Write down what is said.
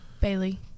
Bailey